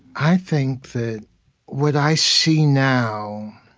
i think that what i see now